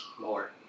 More